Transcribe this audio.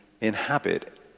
inhabit